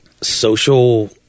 social